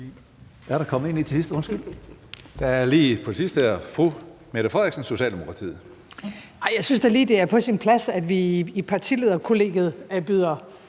da lige, det er på sin plads, at vi i partilederkollegiet byder